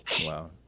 Wow